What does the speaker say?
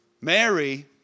Mary